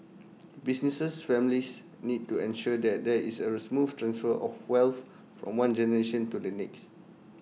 business families need to ensure that there is A smooth transfer of wealth from one generation to the next